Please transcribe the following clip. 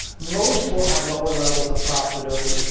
most will have lower levels of profitability.